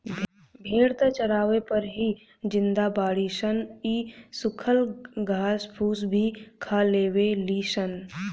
भेड़ त चारवे पर ही जिंदा बाड़ी सन इ सुखल घास फूस भी खा लेवे ली सन